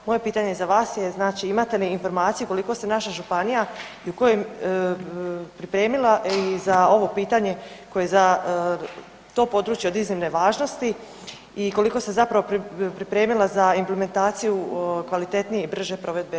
Moje pitanje za vas je, znači imate li informaciju koliko se naša županija i u kojim pripremila za ovo pitanje koje je za to područje od iznimne važnosti i koliko se zapravo pripremila za implementaciju kvalitetnije i brže provedbe zakona.